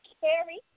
Carrie